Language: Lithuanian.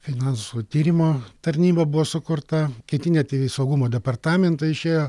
finansų tyrimo tarnyba buvo sukurta kiti net į saugumo departamentą išėjo